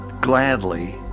Gladly